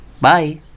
bye